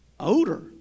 Odor